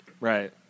right